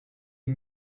des